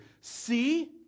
See